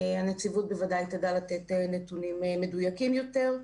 הנציבות בוודאי תדע לתת נתונים מדויקים יותר,